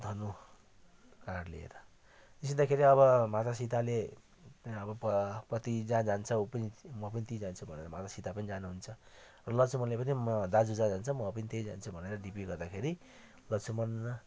धनु काँड लिएर निस्किँदाखेरि अब माता सीताले अब प पति जहाँ जान्छ ऊ पनि म पनि त्यहीँ जान्छु भनेर माता सीता पनि जानुहुन्छ लक्ष्मणले पनि म दाजु जहाँ जान्छ म पनि त्यहीँ जान्छु भनेर ढिपी गर्दाखेरि लक्ष्मण